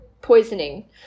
poisoning